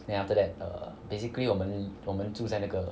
then after that err basically 我们我们住在那个